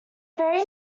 very